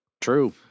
True